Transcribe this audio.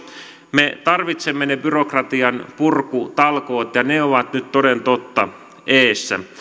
me tarvitsemme ne byrokratian purkutalkoot ja ne ovat nyt toden totta edessä